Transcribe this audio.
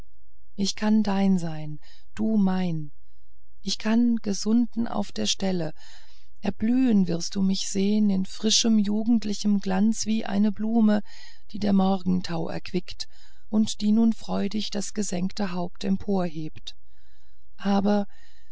ich kann dein sein du mein ich kann gesunden auf der stelle erblüht wirst du mich sehen in frischem jugendlichem glanz wie eine blume die der morgentau erquickt und die nun freudig das gesenkte haupt emporhebt aber